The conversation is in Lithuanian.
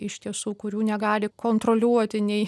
iš tiesų kurių negali kontroliuoti nei